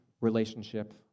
relationship